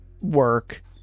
work